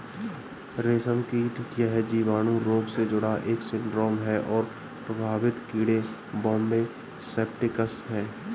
रेशमकीट यह जीवाणु रोग से जुड़ा एक सिंड्रोम है और प्रभावित कीड़े बॉम्बे सेप्टिकस है